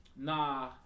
nah